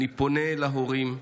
אני פונה להורים,